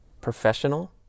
professional